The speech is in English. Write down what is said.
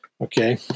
Okay